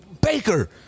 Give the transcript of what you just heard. Baker